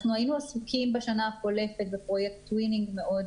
אנחנו היינו עסוקים בשנה החולפת בפרויקט טווינינג מאוד